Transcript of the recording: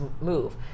move